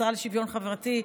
השרה לשוויון חברתי,